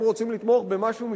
הם רוצים לתמוך במשהו שלהם,